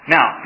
Now